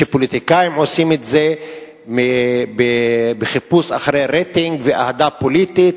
שפוליטיקאים עושים את זה בחיפוש אחר רייטינג ואהדה פוליטית,